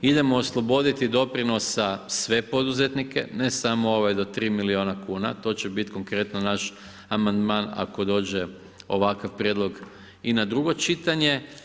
Idemo osloboditi doprinosa sve poduzetnike, ne samo ove do 3 milijuna kuna, to će biti konkretno naš amandman ako dođe ovakav prijedlog i na drugo čitanje.